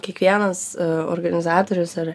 kiekvienas organizatorius ar